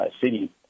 City